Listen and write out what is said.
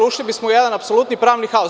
Ušli bismo u jedan apsolutni pravni haos.